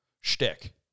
shtick